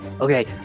okay